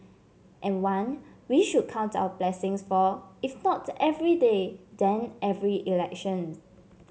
and one we should count our blessings for if not every day then every election